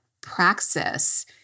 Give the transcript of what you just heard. praxis